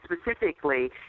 specifically